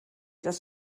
das